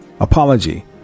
Apology